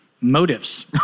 motives